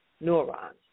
neurons